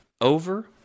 over